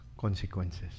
consequences